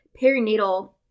perinatal